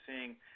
seeing